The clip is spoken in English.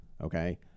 okay